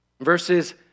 Verses